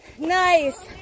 Nice